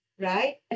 right